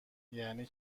یعنی